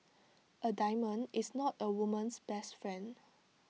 A diamond is not A woman's best friend